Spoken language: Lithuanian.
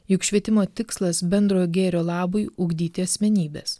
juk švietimo tikslas bendrojo gėrio labui ugdyti asmenybes